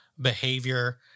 behavior